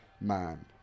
man